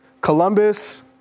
Columbus